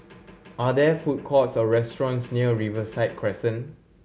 are there food courts or restaurants near Riverside Crescent